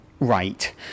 Right